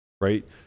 right